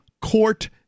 Court